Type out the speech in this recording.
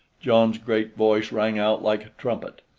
john's great voice rang out like a trumpet.